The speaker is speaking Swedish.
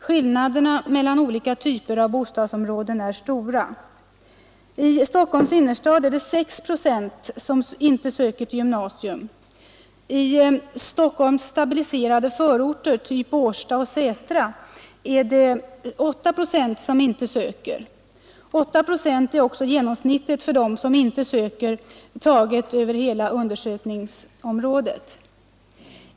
Skillnaderna mellan olika typer av bostadsområden är stora. I Stockholms innerstad är det 6 procent som inte söker till gymnasium, i Stockholms stabiliserade förorter, typ Årsta och Sätra, är det 8 procent som inte söker. 8 procent är också genomsnittet för dem hållandenas inverkan på rekryteringen till gymnasial utbildning som inte söker taget över hela undersökningsområdet.